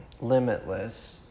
limitless